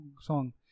song